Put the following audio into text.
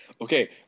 okay